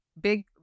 Big